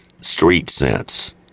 street-sense